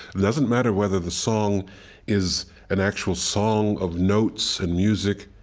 it doesn't matter whether the song is an actual song of notes and music